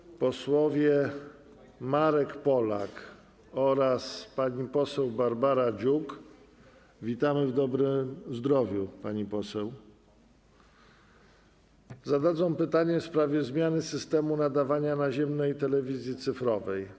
Pan poseł Marek Polak oraz pani poseł Barbara Dziuk - witamy w dobrym zdrowiu, pani poseł - zadadzą pytanie w sprawie zmiany systemu nadawania naziemnej telewizji cyfrowej.